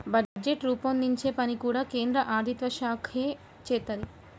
budget రూపొందించే పని కూడా కేంద్ర ఆర్ధికమంత్రిత్వశాఖే చేత్తది